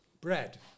Bread